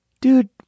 Dude